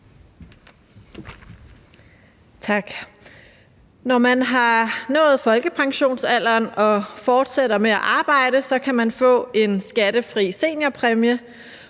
Når man har nået folkepensionsalderen og fortsætter med at arbejde, kan man få en skattefri seniorpræmie,